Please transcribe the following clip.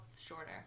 shorter